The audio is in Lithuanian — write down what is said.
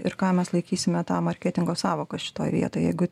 ir ką mes laikysime ta marketingo sąvoka šitoj vietoj jeigu